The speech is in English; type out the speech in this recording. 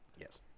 Yes